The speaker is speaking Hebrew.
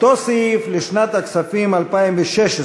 אותו סעיף, לשנת הכספים 2016,